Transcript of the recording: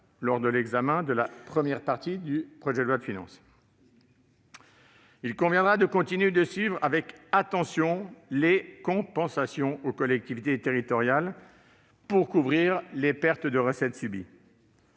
lors de l'examen de la première partie du projet de loi de finances. Il conviendra de continuer de suivre avec attention les compensations aux collectivités territoriales pour couvrir les pertes de recettes subies.